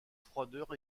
froideur